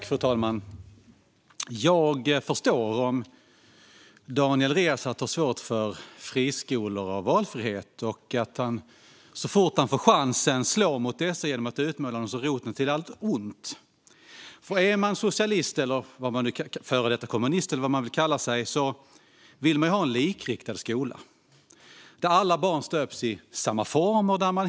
Fru talman! Jag förstår om Daniel Riazat har svårt för friskolor och valfrihet och att han så fort han får chansen slår mot detta genom att utmåla det som roten till allt ont. Är man socialist, före detta kommunist eller vad man nu vill kalla sig vill man nämligen ha en likriktad skola där alla barn stöps i samma form.